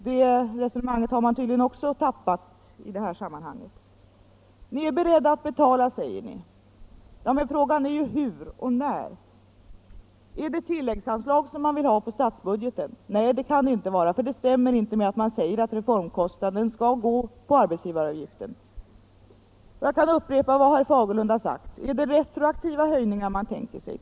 Det resonemanget har man tydligen också tappat i detta sammanhang. Ni är beredda att betala, säger ni. Men frågan är hur och när. Är det ett tilläggsanslag på statsbudgeten som ni vill ha? Nej, det kan det inte vara. Det stämmer inte med att ni säger att reformkostnaden skall gå på arbetsgivaravgiften. Jag kan upprepa vad herr Fagerlund har sagt: Är det retroaktiva höjningar ni tänker er?